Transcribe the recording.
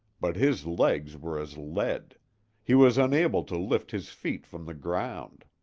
but his legs were as lead he was unable to lift his feet from the ground.